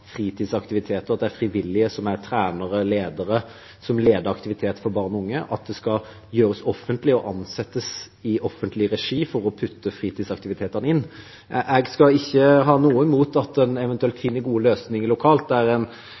fritidsaktiviteter med frivillige som er trenere og ledere, som leder aktivitet for barn og unge, skal gjøre det offentlig og ansette i offentlig regi for å putte fritidsaktivitetene inn. Jeg har ikke noe imot at en eventuelt finner gode løsninger lokalt